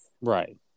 right